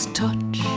touch